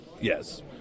yes